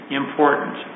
important